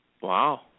Wow